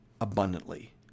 abundantly